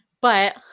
But-